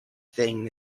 thing